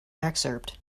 excerpt